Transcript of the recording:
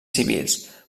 civils